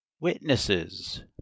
witnesses